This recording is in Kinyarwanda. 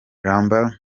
lambert